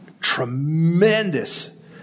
tremendous